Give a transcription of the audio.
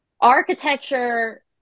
architecture